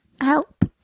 Help